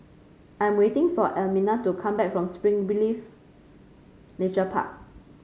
I am waiting for Elmina to come back from Spring believe Nature Park